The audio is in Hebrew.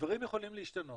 דברים יכולים להשתנות.